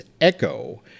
Echo